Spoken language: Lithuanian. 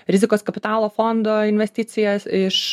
rizikos kapitalo fondo investicijas iš